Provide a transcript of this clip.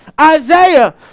Isaiah